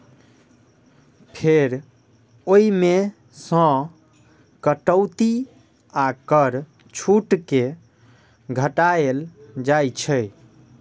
फेर ओइ मे सं कटौती आ कर छूट कें घटाएल जाइ छै